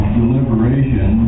deliberation